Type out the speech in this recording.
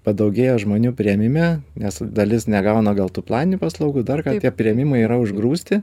padaugėjo žmonių priėmime nes dalis negauna gal tų planinių paslaugų dar tie priėmimai yra užgrūsti